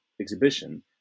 exhibition